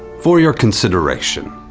for your consideration,